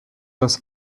das